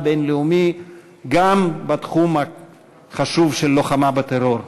בין-לאומי גם בתחום החשוב של הלוחמה בטרור.